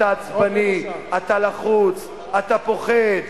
אתה עצבני, אתה לחוץ, אתה פוחד.